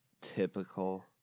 typical